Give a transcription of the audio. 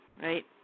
right